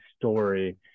story